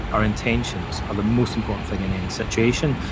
our intentions, are the most important thing in any situation,